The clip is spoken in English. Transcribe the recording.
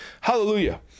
Hallelujah